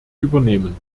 übernehmen